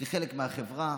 כחלק מהחברה,